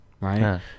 Right